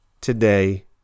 today